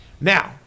Now